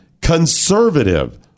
conservative